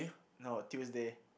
no Tuesday